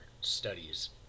studies